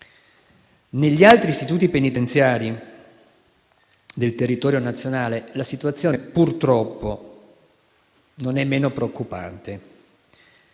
Negli altri istituti penitenziari del territorio nazionale la situazione, purtroppo, non è meno preoccupante.